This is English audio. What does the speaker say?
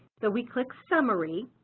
but we click summary